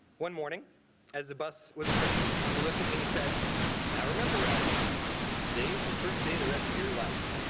one morning as the bus was approaching he looked at me and he said now remember my days the first day the rest of your life,